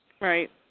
Right